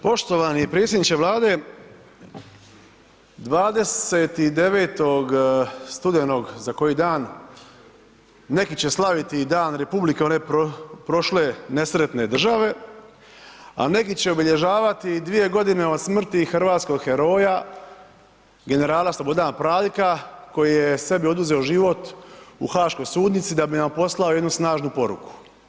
Poštovani predsjedniče Vlade, 29. studenog, za koji dan, neki će slaviti dan republike, one prošle, nesretne države a neki će obilježavati 2 g. od smrti hrvatskog heroja generala Slobodana Praljka koji je sebi oduzeo život u haškoj sudnici da bi nam poslao jednu snažnu poruku.